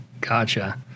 Gotcha